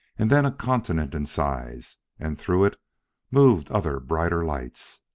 and then a continent in size, and through it moved other brighter lights.